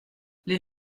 les